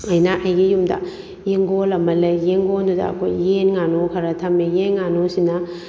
ꯑꯩꯅ ꯑꯩꯒꯤ ꯌꯨꯝꯗ ꯌꯦꯡꯒꯣꯟ ꯑꯃ ꯂꯩ ꯌꯦꯡꯒꯣꯟꯗꯨꯗ ꯑꯩꯈꯣꯏ ꯌꯦꯟ ꯉꯥꯅꯨ ꯈꯔ ꯊꯝꯃꯤ ꯌꯦꯟ ꯉꯥꯅꯨ ꯑꯁꯤꯅ